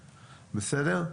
בסדר?